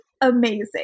amazing